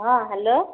ହଁ ହ୍ୟାଲୋ